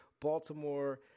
Baltimore